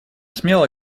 смело